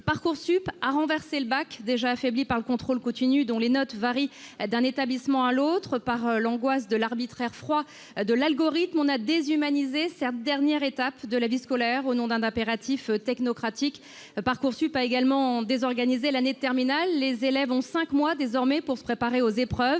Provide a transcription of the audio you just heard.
Parcoursup a renversé le bac, déjà affaibli par le contrôle continu et les notes qui varient d'un établissement à l'autre, et par l'angoisse de l'arbitraire froid de l'algorithme. On a déshumanisé cette dernière étape de la vie scolaire au nom d'un impératif technocratique. Parcoursup a également désorganisé l'année de terminale. Les élèves ont désormais cinq mois pour se préparer aux épreuves,